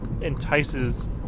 entices